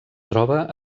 troba